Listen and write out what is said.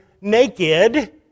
naked